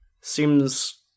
seems